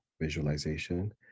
visualization